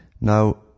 Now